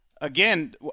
Again